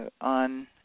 on